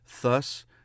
thus